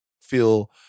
feel